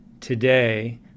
today